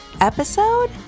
episode